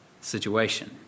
situation